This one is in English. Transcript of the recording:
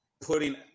putting